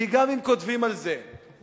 כי גם אם כותבים על זה ב-Ynet,